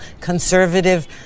conservative